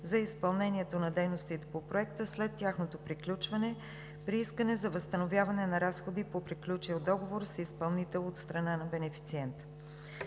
за изпълнението на дейностите по проекта след тяхното приключване при искане за възстановяване на разходи по приключил договор с изпълнител от страна на бенефициента.